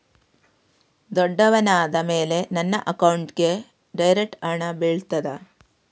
ದೊಡ್ಡವನಾದ ಮೇಲೆ ನನ್ನ ಅಕೌಂಟ್ಗೆ ಡೈರೆಕ್ಟ್ ಹಣ ಬೀಳ್ತದಾ?